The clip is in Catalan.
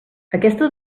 aquesta